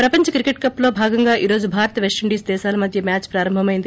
ప్రపంచ క్రికెట్ కప్లో భాగంగా ఈ రోజు భారత్ వెస్షిండీస్ దేశాల మధ్య మ్వాచ్ ప్రారంభమయింది